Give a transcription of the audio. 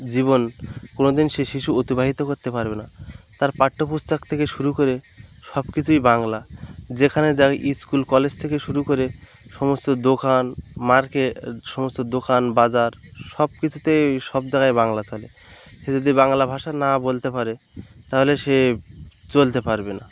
জীবন কোনো দিন সে শিশু অতিবাহিত করতে পারবে না তার পাঠ্য পুস্তক থেকে শুরু করে সব কিছুই বাংলা যেখানে যাবে স্কুল কলেজ থেকে শুরু করে সমস্ত দোকান মার্কেট সমস্ত দোকান বাজার সব কিছুতেই সব জায়গায় বাংলা চলে কেউ যদি বাংলা ভাষা না বলতে পারে তাহলে সে চলতে পারবে না